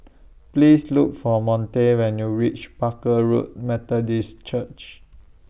Please Look For Monte when YOU REACH Barker Road Methodist Church